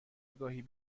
نگاهی